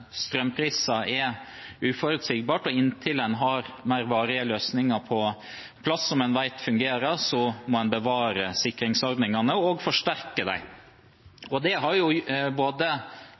er uforutsigbart, og inntil en har mer varige løsninger som en vet fungerer, på plass, må en bevare og forsterke sikringsordningene. Det har Stortinget gjort ved tidligere saksbehandlinger, og regjeringen har